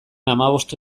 hamabost